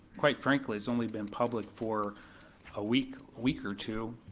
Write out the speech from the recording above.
quite frankly, has only been public for a week, week or two,